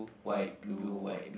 white blue white blue